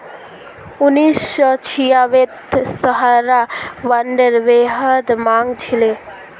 उन्नीस सौ छियांबेत सहारा बॉन्डेर बेहद मांग छिले